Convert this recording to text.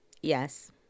Yes